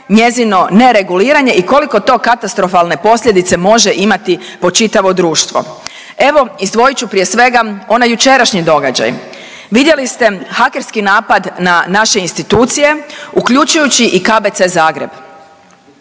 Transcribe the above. njezino nereguliranje i koliko to katastrofalne posljedice može imati po čitavo društvo Evo, izdvojit ću prije svega onaj jučerašnji događaj. Vidjeli ste hakerski napad na naše institucije, uključujući i KBC Zagreb.